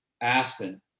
Aspen